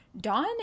Dawn